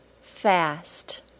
fast